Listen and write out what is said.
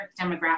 demographic